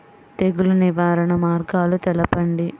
తెగులు నివారణ మార్గాలు తెలపండి?